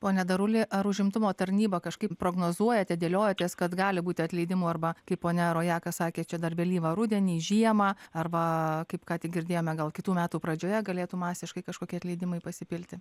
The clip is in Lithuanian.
pone daruli ar užimtumo tarnyba kažkaip prognozuojate dėliojatės kad gali būti atleidimų arba kaip ponia rojaka sakė čia dar vėlyvą rudenį žiemą arba kaip ką tik girdėjome gal kitų metų pradžioje galėtų masiškai kažkokie atleidimai pasipilti